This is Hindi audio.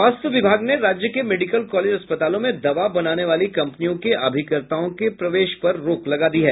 स्वास्थ्य विभाग ने राज्य के मेडिकल कॉलेज अस्पतालों में दवा बनाने वाली कम्पनियों के अभिकर्ताओं के प्रवेश पर रोक लगा दिया है